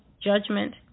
judgment